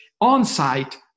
on-site